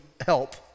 help